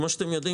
כידוע,